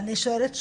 אבל אני שואלת שוב,